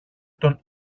τον